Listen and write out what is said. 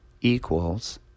equals